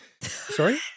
Sorry